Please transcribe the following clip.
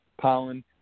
pollen